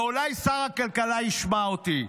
אולי שר הכלכלה ישמע אותי.